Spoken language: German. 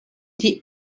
die